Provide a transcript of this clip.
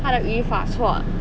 他的语法错